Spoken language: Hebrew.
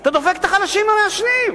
אתה דופק את החלשים המעשנים.